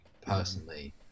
personally